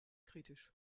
kritisch